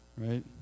Right